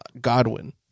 Godwin